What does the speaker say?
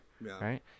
right